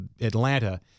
Atlanta